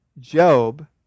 job